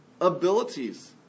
abilities